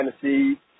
Tennessee